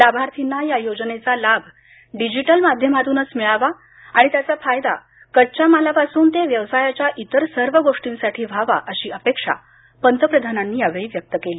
लाभार्थींना या योजनेचा लाभ डिजिटल माध्यमातूनच मिळावा आणि त्याचा फायदा कच्च्या मालापासून ते व्यवसायाच्या इतर सर्व गोर्षींसाठी व्हावा अशी अपेक्षा पंतप्रधानांनी यावेळी व्यक्त केली